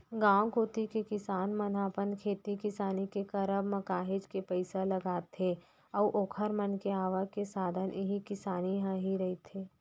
गांव कोती के किसान मन ह अपन खेती किसानी के करब म काहेच के पइसा लगाथे अऊ ओखर मन के आवक के साधन इही किसानी ह ही रहिथे